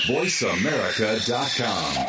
VoiceAmerica.com